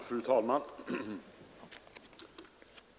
Fru talman!